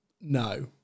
No